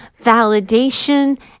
validation